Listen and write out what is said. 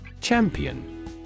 Champion